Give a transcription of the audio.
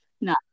No